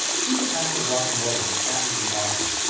if you could pass the guacamole, that would be awesome.